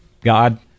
God